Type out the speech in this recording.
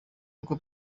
koko